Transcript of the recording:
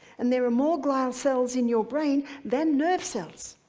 and there are more glial cells in your brain than nerve cells,